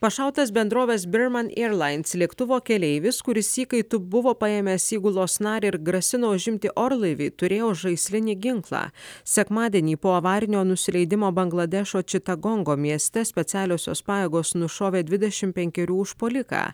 pašautas bendrovės biurman eirlain lėktuvo keleivis kuris įkaitu buvo paėmęs įgulos narį ir grasino užimti orlaivį turėjo žaislinį ginklą sekmadienį po avarinio nusileidimo bangladešo čita gongo mieste specialiosios pajėgos nušovė dvidešimt penkerių užpuoliką